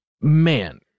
man